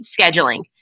Scheduling